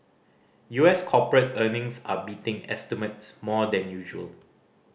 U S corporate earnings are beating estimates more than usual